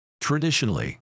Traditionally